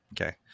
Okay